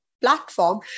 platform